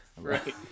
Right